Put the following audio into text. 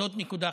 זאת נקודה חשובה,